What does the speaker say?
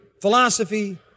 philosophy